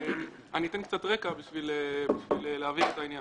אני אתן קצת רקע בשביל להבהיר את העניין.